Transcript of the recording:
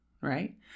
right